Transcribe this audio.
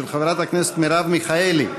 של חברת הכנסת מרב מיכאלי.